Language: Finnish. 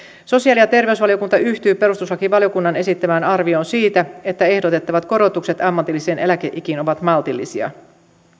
sosiaali ja terveysvaliokunta yhtyy perustuslakivaliokunnan esittämään arvioon siitä että ehdotettavat korotukset ammatillisiin eläkeikiin ovat maltillisia